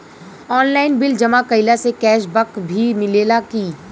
Online bill जमा कईला से कैश बक भी मिलेला की?